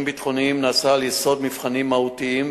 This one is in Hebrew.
ביטחוניים נעשים על יסוד מבחנים מהותיים,